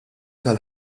tal